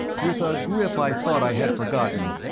with a grip i thought i had forgotten,